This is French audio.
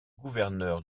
gouverneur